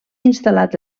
instal·lat